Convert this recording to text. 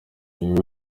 ibi